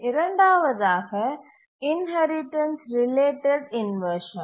இரண்டாவதாக inheritance related inversion